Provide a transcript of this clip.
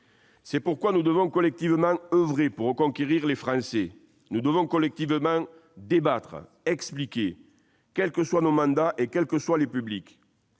C'est pourquoi nous devons collectivement oeuvrer pour reconquérir les Français. Nous devons collectivement débattre, expliquer, quels que soient nos mandats et quels que soient les publics.